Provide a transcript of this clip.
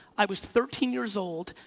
i was thirteen years old,